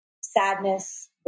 sadness